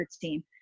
team